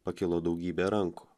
pakilo daugybė rankų